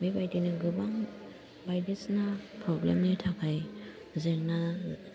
बेबायदिनो गोबां बायदिसिना प्रब्लेमनि थाखाय जेंना